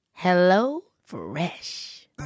HelloFresh